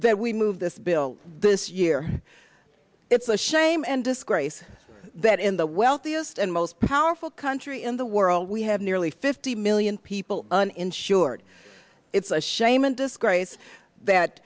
that we move this bill this year it's a shame and disgrace that in the wealthiest and most powerful country in the world we have nearly fifty million people uninsured it's a shame and disgrace that